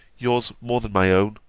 yours more than my own,